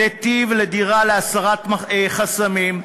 "נתיב לדירה" להסרת חסמים,